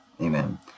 Amen